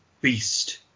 beast